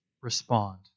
respond